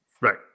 right